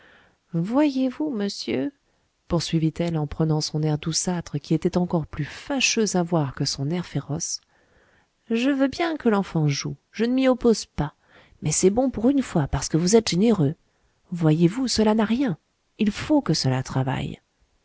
voyez-vous monsieur poursuivit-elle en prenant son air douceâtre qui était encore plus fâcheux à voir que son air féroce je veux bien que l'enfant joue je ne m'y oppose pas mais c'est bon pour une fois parce que vous êtes généreux voyez-vous cela n'a rien il faut que cela travaille